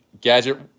gadget